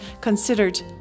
considered